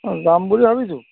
যাম বুলি ভাবিছোঁ